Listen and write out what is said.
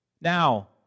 Now